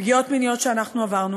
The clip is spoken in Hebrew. פגיעות מיניות שאנחנו עברנו.